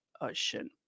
ocean